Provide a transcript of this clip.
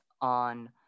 on